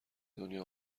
دنیا